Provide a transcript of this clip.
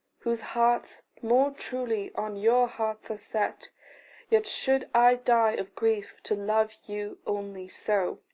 whose hearts more truly on your hearts are set yet should i die of grief to love you only so.